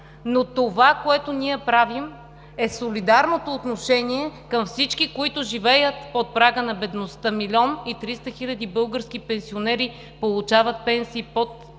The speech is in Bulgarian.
Но това, което ние правим, е солидарното отношение към всички, които живеят под прага на бедността – милион и 300 хиляди български пенсионери получават пенсии под 363